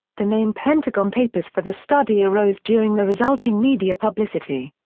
the name pentagon papers for the study arose during the resulting media publicity.